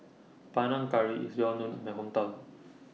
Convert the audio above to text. Panang Curry IS Well known in My Hometown